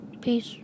Peace